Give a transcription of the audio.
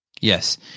Yes